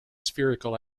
spherical